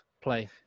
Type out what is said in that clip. play